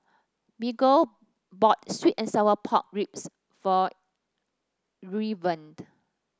Miguel bought sweet and Sour Pork Ribs for Irvine